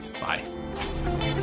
Bye